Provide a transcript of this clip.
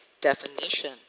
definition